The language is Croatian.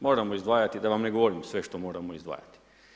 Moramo izdvajati, da vam ne govorim sve što moramo izdvajati.